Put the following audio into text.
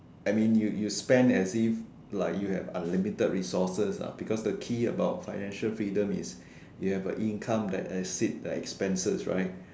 I mean you you spend as if like you have unlimited resources ah because the key about financial freedom is you have a income that exceeds the expenses right